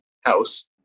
house